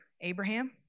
Abraham